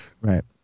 Right